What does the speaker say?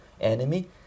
enemy